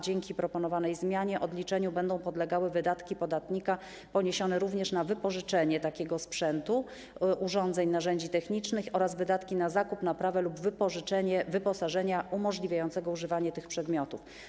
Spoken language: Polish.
Dzięki proponowanej zmianie odliczeniu będą podlegały wydatki podatnika poniesione również na wypożyczenie takiego sprzętu, urządzeń, narzędzi technicznych oraz wydatki na zakup, naprawę lub wypożyczenie wyposażenia umożliwiającego używanie tych przedmiotów.